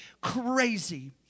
crazy